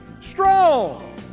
strong